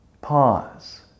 Pause